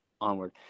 onward